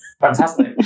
Fantastic